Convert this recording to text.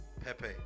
Pepe